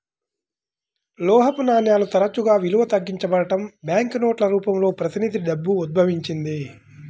లోహపు నాణేలు తరచుగా విలువ తగ్గించబడటం, బ్యాంకు నోట్ల రూపంలో ప్రతినిధి డబ్బు ఉద్భవించింది